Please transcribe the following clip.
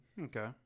Okay